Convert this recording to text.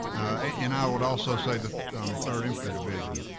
and i would also say the third infantry division.